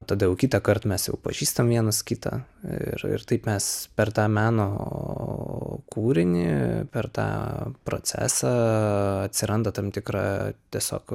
tada jau kitąkart mes jau pažįstam vienas kitą ir ir taip mes per tą meno kūrinį per tą procesą atsiranda tam tikra tiesiog